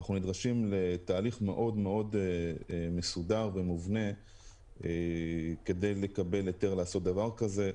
אנחנו נדרשים לתהליך מאוד מסודר ומובנה כדי לקבל היתר לעשות דבר כזה.